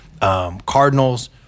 Cardinals